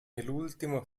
l’ultimo